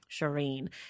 Shireen